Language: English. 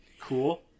Cool